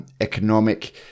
economic